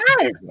Yes